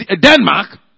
Denmark